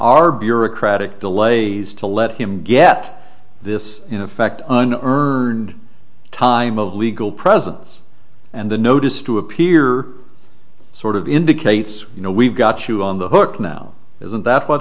bureaucratic delays to let him get this in effect an earned time of legal presence and the notice to appear sort of indicates you know we've got you on the hook now isn't that what